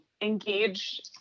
engage